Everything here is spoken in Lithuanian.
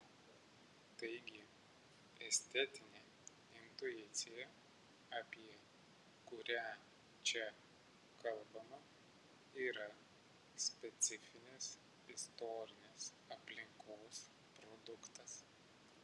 taigi estetinė intuicija apie kurią čia kalbama yra specifinės istorinės aplinkos produktas